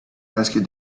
asked